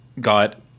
got